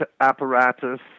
apparatus